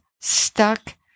stuck